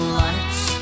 lights